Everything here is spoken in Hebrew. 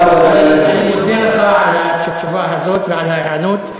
אני מודה לך על התשובה הזאת ועל ההיענות.